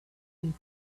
and